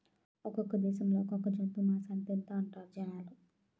ఒక్కొక్క దేశంలో ఒక్కొక్క జంతువు మాసాన్ని తింతాఉంటారు జనాలు